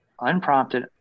unprompted